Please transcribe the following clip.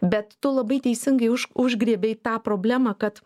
bet tu labai teisingai už užgriebei tą problemą kad